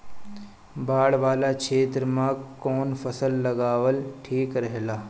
बाढ़ वाला क्षेत्र में कउन फसल लगावल ठिक रहेला?